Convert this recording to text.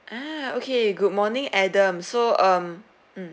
ah okay good morning adam so um mm